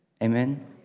Amen